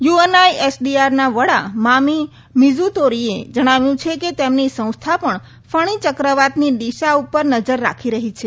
યુએનઆઇએસડીઆરના વડા મામી મીઝુતોરીએ જણાવ્યું છે કે તેમની સંસ્થા પણ ફણી ચક્રવાતની દિશા ઉપર નજર રાખી રહી છે